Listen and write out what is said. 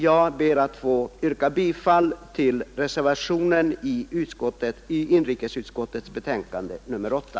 Jag ber att få yrka bifall till reservationen vid inrikesutskottets betänkande nr 8.